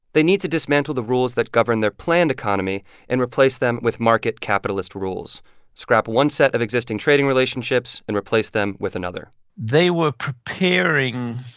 they need to dismantle the rules that govern their planned economy and replace them with market capitalist rules scrap one set of existing trading relationships and replace them with another they were preparing,